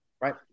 right